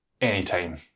anytime